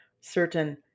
certain